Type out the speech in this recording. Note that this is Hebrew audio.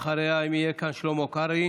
ואחריה, אם יהיה כאן, שלמה קרעי.